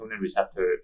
receptor